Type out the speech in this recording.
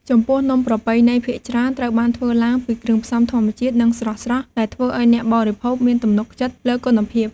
ចំពោះ នំប្រពៃណីភាគច្រើនត្រូវបានធ្វើឡើងពីគ្រឿងផ្សំធម្មជាតិ និងស្រស់ៗ ដែលធ្វើឲ្យអ្នកបរិភោគមានទំនុកចិត្តលើគុណភាព។